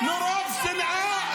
מרוב שנאה,